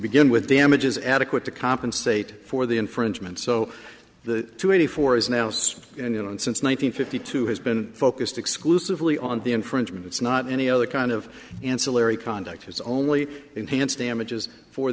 begin with damages adequate to compensate for the infringement so the two eighty four is now six and on since one thousand fifty two has been focused exclusively on the infringement it's not any other kind of ancillary conduct it's only enhanced damages for